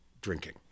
drinking